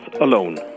alone